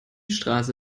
straße